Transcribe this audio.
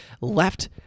left